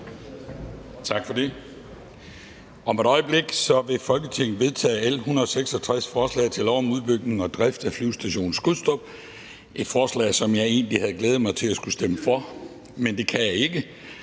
Tak for det. Om et øjeblik vil Folketinget vedtage L 166, Forslag til lov om udbygning og drift af Flyvestation Skrydstrup. Et forslag, som jeg egentlig havde glædet mig til at skulle stemme for – men det kan jeg ikke.